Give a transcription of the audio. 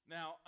Now